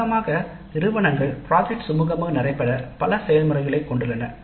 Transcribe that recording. வழக்கமாக நிறுவனங்கள் ப்ராஜெக்ட் சுமூகமாக நடைபெற வேண்டும் பல செயல்முறைகளைக் கொண்டுள்ளன